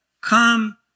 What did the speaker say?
come